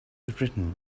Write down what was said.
written